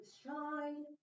shine